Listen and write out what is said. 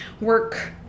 work